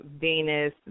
Venus